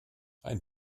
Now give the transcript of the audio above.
ein